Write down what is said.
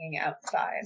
outside